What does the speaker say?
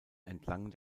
entlang